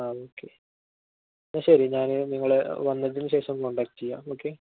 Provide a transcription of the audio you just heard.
ആ ഓക്കെ എന്നാല് ശരി ഞാന് നിങ്ങളെ വന്നതിന് ശേഷം കോണ്ടാക്ട് ചെയ്യാം ഓക്കെ